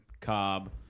Cobb